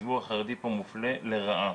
הציבור החרדי פה מופלה לרעה.